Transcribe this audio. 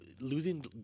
losing